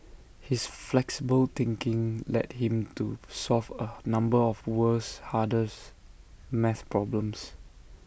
his flexible thinking led him to solve A number of world's hardest math problems